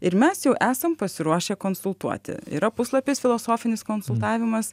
ir mes jau esam pasiruošę konsultuoti yra puslapis filosofinis konsultavimas